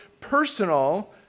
personal